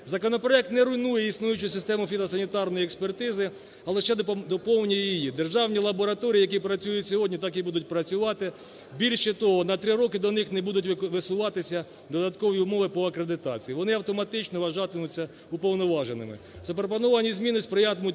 Законопроект не руйнує існуючу систему фітосанітарної експертизи, але лише доповнює її. Державні лабораторії, які працюють сьогодні, так і будуть працювати. Більше того, на три роки до них не будуть висуватися додаткові умови по акредитації, вони автоматично вважатимуться уповноваженими. Запропоновані зміни сприятимуть